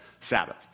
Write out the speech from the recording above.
Sabbath